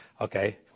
Okay